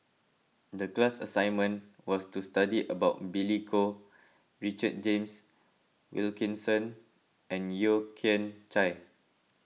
the class assignment was to study about Billy Koh Richard James Wilkinson and Yeo Kian Chai